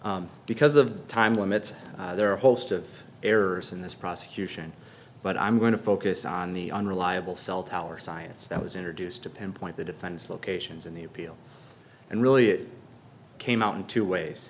up because of time limits there are a host of errors in this prosecution but i'm going to focus on the unreliable cell tower science that was introduced to pinpoint the defense locations in the appeal and really it came out in two ways